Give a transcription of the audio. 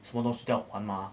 什么东西都要还吗